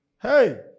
Hey